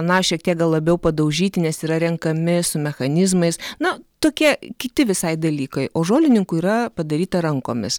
na šiek tiek gal labiau padaužyti nes yra renkami su mechanizmais na tokie kiti visai dalykai o žolininkų yra padaryta rankomis